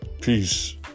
Peace